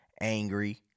angry